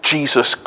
Jesus